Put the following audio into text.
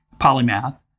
polymath